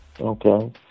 Okay